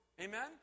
Amen